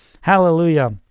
Hallelujah